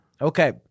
Okay